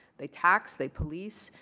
they tax. they police.